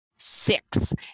six